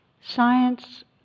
Science